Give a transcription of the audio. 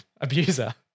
abuser